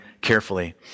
carefully